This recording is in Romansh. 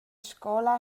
scola